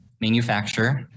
manufacturer